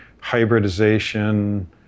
hybridization